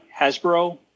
Hasbro